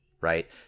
right